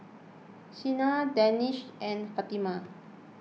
Senin Danish and Fatimah